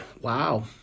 Wow